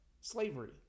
slavery